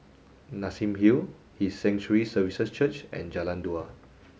Nassim Hill His Sanctuary Services Church and Jalan Dua